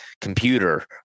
computer